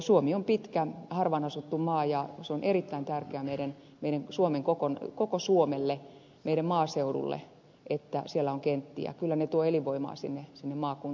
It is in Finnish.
suomi on pitkä harvaan asuttu maa ja on erittäin tärkeä meidän pienen suomen kok tärkeää koko suomelle meidän maaseudullemme että siellä on kenttiä kyllä ne tuovat elinvoimaa sinne maakuntaan